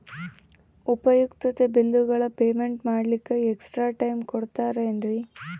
ಉಪಯುಕ್ತತೆ ಬಿಲ್ಲುಗಳ ಪೇಮೆಂಟ್ ಮಾಡ್ಲಿಕ್ಕೆ ಎಕ್ಸ್ಟ್ರಾ ಟೈಮ್ ಕೊಡ್ತೇರಾ ಏನ್ರಿ?